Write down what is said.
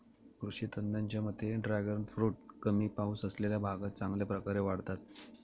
कृषी तज्ज्ञांच्या मते ड्रॅगन फ्रूट कमी पाऊस असलेल्या भागात चांगल्या प्रकारे वाढतात